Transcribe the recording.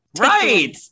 Right